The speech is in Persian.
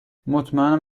مطمئنم